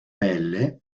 pelle